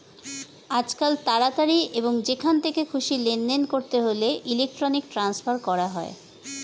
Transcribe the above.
আজকাল তাড়াতাড়ি এবং যেখান থেকে খুশি লেনদেন করতে হলে ইলেক্ট্রনিক ট্রান্সফার করা হয়